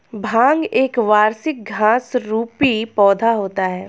भांग एक वार्षिक घास रुपी पौधा होता है